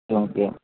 کیونکہ